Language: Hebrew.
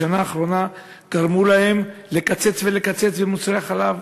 בשנה האחרונה גרמו להם לקצץ ולקצץ במוצרי החלב.